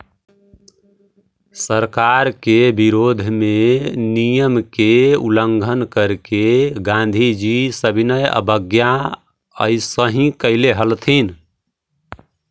सरकार के विरोध में नियम के उल्लंघन करके गांधीजी सविनय अवज्ञा अइसही कैले हलथिन